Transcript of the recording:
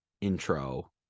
intro